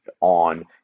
on